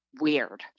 weird